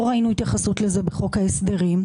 לא ראינו התייחסות לזה בחוק ההסדרים.